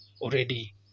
already